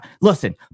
listen